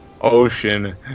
ocean